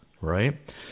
right